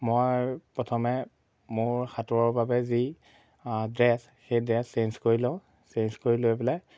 মই প্ৰথমে মোৰ সাঁতোৰৰ বাবে যি ড্ৰেছ সেই ড্ৰেছ চেঞ্জ কৰি লওঁ চেঞ্জ কৰি লৈ পেলাই